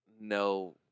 no